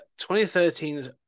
2013's